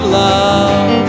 love